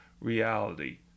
reality